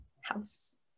house